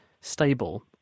stable